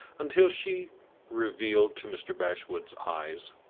until she revealed to mr. bashwood's eyes,